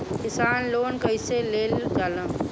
किसान लोन कईसे लेल जाला?